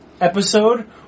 episode